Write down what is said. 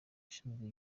ushinzwe